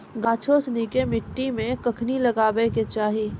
गाछो सिनी के मट्टी मे कखनी लगाबै के चाहि?